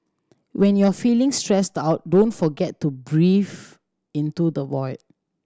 when you are feeling stressed out don't forget to breathe into the void